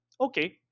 Okay